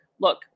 Look